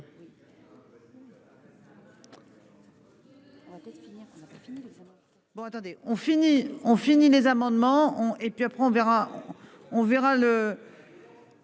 on finit les amendements ont et puis après on verra.